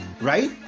right